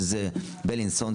שזה "בלינסון",